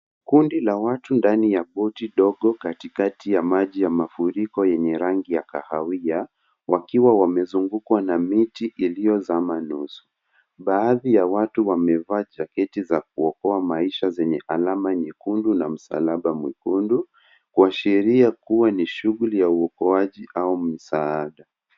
Kundi la watu ndani ya boti ndogo katikati ya maji ya mafuriko yenye rangi ya kahawia, wakiwa wamezungukwa na miti iliyozama nusu. Baadhi ya watu wamevaa jaketi za kuokoa maisha zenye alama nyekundu na msalaba mwekundu, kuashiria kuwa ni shughuli ya uokoaji au msaada.